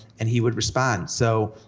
and he would respond, so,